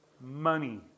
money